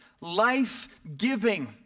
life-giving